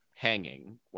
hanging